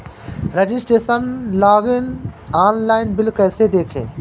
Registration login online bill कैसे देखें?